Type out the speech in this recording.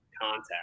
contact